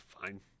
fine